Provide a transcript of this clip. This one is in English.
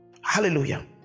Hallelujah